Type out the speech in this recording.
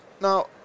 now